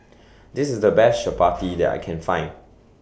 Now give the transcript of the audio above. This IS The Best Chapati that I Can Find